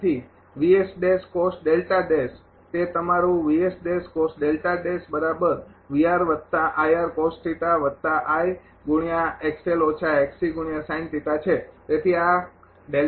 તેથી તે તમારું છે